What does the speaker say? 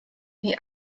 die